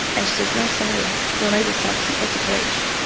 and she says, no, sorry, it's an illegal substance, that's a breach.